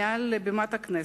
מעל בימת הכנסת,